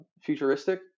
futuristic